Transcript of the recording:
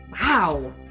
Wow